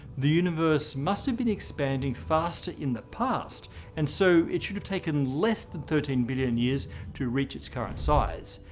the universe must have been expanding faster in the past and so it should have taken less than thirteen billion years to reach its current size.